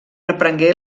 reprengué